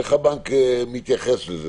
איך הבנק מתייחס לזה?